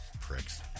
Pricks